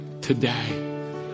Today